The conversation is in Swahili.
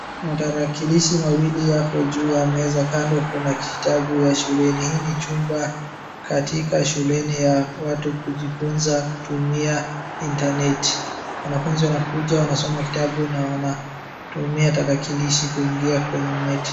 Matarakilishi mawili yako juu ya meza kando kuna kitabu ya shuleni. Hii ni chumba katika shuleni ya watu kujifuza kutumia [c]intaneti . Wanafuzi wanakuja wanasoma kitabu na wanatumia tarakilishi kuingia kwenye mneti .